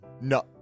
no